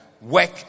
Work